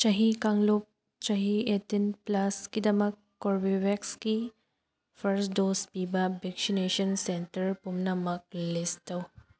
ꯆꯍꯤ ꯀꯥꯡꯂꯨꯞ ꯆꯍꯤ ꯑꯦꯠꯇꯤꯟ ꯄ꯭ꯂꯁꯀꯤꯗꯃꯛ ꯀꯣꯔꯕꯤꯚꯦꯛꯁꯀꯤ ꯐꯥꯔꯁ ꯗꯣꯁ ꯄꯤꯕ ꯚꯦꯛꯁꯤꯅꯦꯁꯟꯁꯤꯡ ꯁꯦꯟꯇꯔ ꯄꯨꯝꯅꯃꯛ ꯂꯤꯁ ꯇꯧ